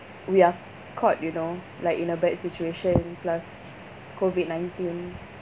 we are caught you know like in a bad situation plus COVID nineteen